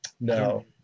No